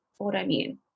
autoimmune